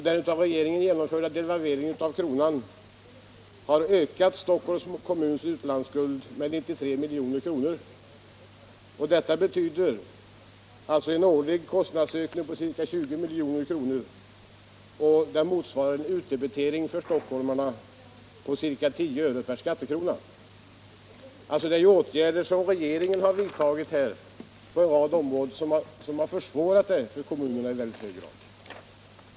Den av regeringen genomförda devalveringen av kronan har ökat Stockholms kommuns utlandsskuld med 93 milj.kr., vilket innebär en årlig kostnadsökning på ca 20 milj.kr. Detta motsvarar en utdebitering för stockholmarna med ca tio öre per skattekrona. Det här är alltså åtgärder som regeringen vidtagit på en rad områden och som har försvårat för kommunerna i mycket hög grad.